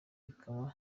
ikaba